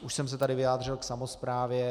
Už jsem se tady vyjádřil k samosprávě.